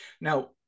Now